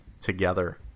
together